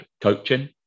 coaching